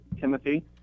Timothy